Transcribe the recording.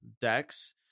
decks